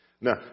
Now